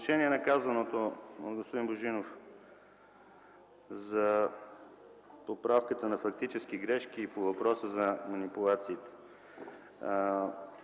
По отношение на казаното от господин Божинов за поправката на фактически грешки и по въпроса за манипулациите.